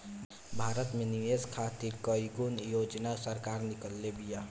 भारत में निवेश खातिर कईगो योजना सरकार निकलले बिया